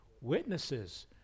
Witnesses